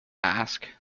ask